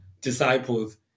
disciples